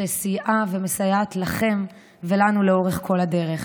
שסייעה ומסייעת לכם ולנו לאורך כל הדרך.